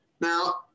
Now